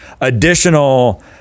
additional